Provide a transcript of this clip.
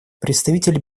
представитель